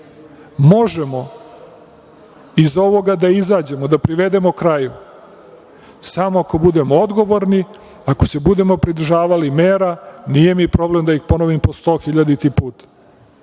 možemo iz ovoga da izađemo, da privedemo kraju, samo ako budemo odgovorni, ako se budemo pridržavali mera. Nije mi problem da ih ponovim po stohiljaditi put